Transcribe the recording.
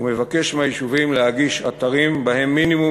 ומבקש מהיישובים להגיש אתרים שבהם מינימום